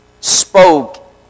spoke